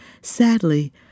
sadly